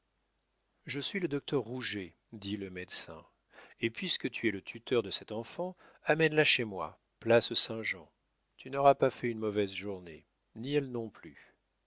je suis le docteur rouget dit le médecin et puisque tu es le tuteur de cette enfant amène la chez moi place saint-jean tu n'auras pas fait une mauvaise journée ni elle non plus